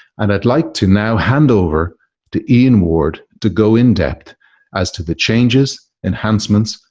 and i'd like to now hand over to ian ward to go in-depth as to the changes, enhancements,